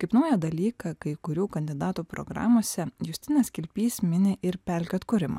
kaip naują dalyką kai kurių kandidatų programose justinas kilpys mini ir pelkių atkūrimą